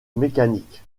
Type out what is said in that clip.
mécanique